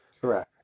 Correct